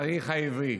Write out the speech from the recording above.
בתאריך העברי,